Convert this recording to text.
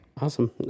Awesome